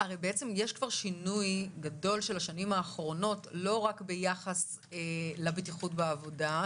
יש כבר שינוי גדול בשנים האחרונות לא רק ביחס לבטיחות עבודה,